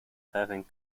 having